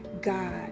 God